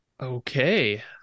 Okay